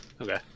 Okay